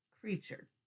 creature